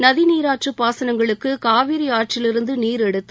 நதிநீராற்று பாசனங்களுக்கு காவிரி ஆற்றிலிருந்து நீர் எடுத்து